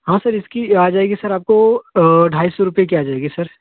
हाँ सर इसकी आ जाएगी सर आपको ढाई सौ रुपए की आ जाएगी सर